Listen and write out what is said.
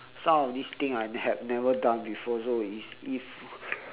some of these things I had never done before so if if